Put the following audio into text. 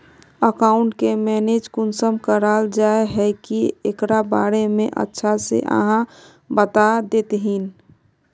Account के manage कुंसम कराल जाय है की एकरा बारे में अच्छा से आहाँ बता देतहिन?